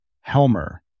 Helmer